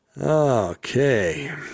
Okay